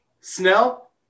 Snell